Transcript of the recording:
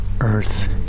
Earth